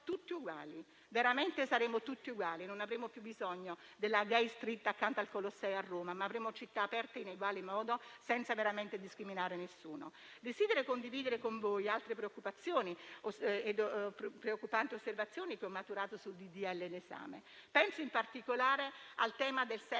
saremo tutti uguali, non avremo più bisogno della *gay street* accanto al Colosseo a Roma, ma avremo città aperte in egual modo, senza veramente discriminare nessuno. Desidero condividere con voi altre preoccupazioni e preoccupanti osservazioni, che ho maturato sul disegno di legge in discussione. Penso in particolare al tema del